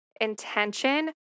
intention